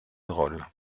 drôle